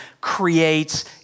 creates